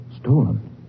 Stolen